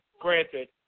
granted